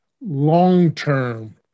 long-term